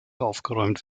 aufgeräumt